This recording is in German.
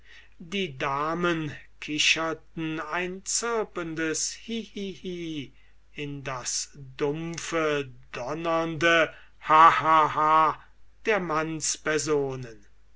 die damen kicherten ein zirpendes hi hi hi in das dumpfe donnernde ha ha ha der mannspersonen